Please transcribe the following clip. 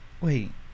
Wait